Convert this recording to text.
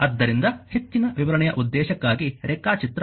ಆದ್ದರಿಂದ ಹೆಚ್ಚಿನ ವಿವರಣೆಯ ಉದ್ದೇಶಕ್ಕಾಗಿ ರೇಖಾಚಿತ್ರ 1